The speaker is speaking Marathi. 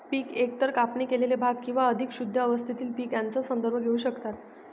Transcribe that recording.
पिके एकतर कापणी केलेले भाग किंवा अधिक शुद्ध अवस्थेतील पीक यांचा संदर्भ घेऊ शकतात